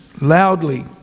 loudly